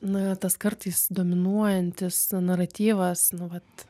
na tas kartais dominuojantis naratyvas nu vat